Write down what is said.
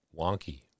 wonky